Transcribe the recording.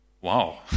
Wow